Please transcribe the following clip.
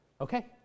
okay